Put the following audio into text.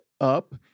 up